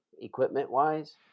equipment-wise